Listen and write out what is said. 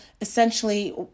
essentially